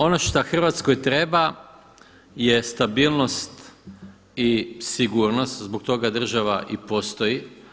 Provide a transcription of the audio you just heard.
Ono šta Hrvatskoj treba je stabilnost i sigurnost, zbog toga država i postoji.